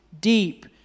deep